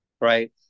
right